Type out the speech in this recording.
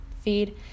feed